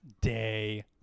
day